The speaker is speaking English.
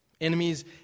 Enemies